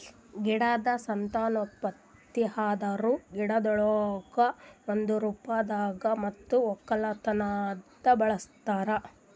ಗಿಡದ್ ಸಂತಾನೋತ್ಪತ್ತಿ ಅಂದುರ್ ಗಿಡಗೊಳಿಗ್ ಒಂದೆ ರೂಪದಾಗ್ ಮತ್ತ ಒಕ್ಕಲತನದಾಗ್ ಬಳಸ್ತಾರ್